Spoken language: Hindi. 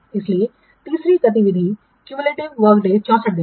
इसलिए तीसरी गतिविधि तक क्यूमयूलेटिव वर्क डेज 64 दिन है